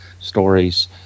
stories